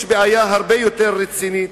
יש בעיה הרבה יותר רצינית.